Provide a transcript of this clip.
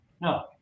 No